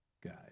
Guys